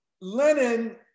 Lenin